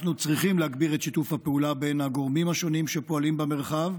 אנחנו צריכים להגביר את שיתוף הפעולה בין הגורמים השונים שפועלים במרחב.